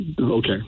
Okay